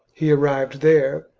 he arrived there,